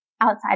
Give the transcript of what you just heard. outside